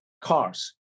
cars